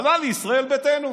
עלה לי: ישראל ביתנו.